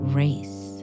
race